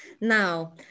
Now